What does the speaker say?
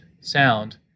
sound